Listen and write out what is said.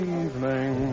evening